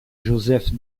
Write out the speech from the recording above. joseph